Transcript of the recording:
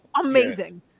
Amazing